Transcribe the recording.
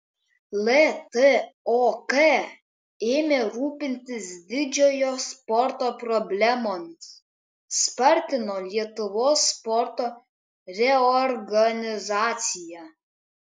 ltok ėmė rūpintis didžiojo sporto problemomis spartino lietuvos sporto reorganizaciją